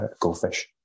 goldfish